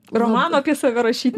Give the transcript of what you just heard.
romano apie save rašyt